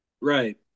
Right